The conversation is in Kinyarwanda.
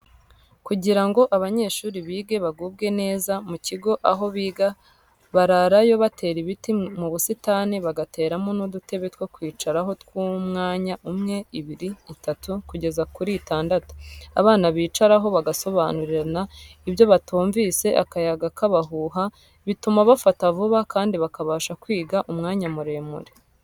Kugira ngo abanyeshuri bige baguwe neza, mu kigo aho biga bararayo batera ibiti mu busitani, bagateramo n'udutebe two kwicaraho tw'umwanya umwe, ibiri, itatu kugeza kuri itandatu; abana bicaraho bagasobanurirana ibyo batumvise akayaga kabahuha, bituma bafata vuba kandi bakabasha kwiga umwanya muremure.